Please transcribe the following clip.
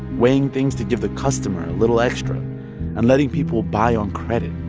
weighing things to give the customer a little extra and letting people buy on credit.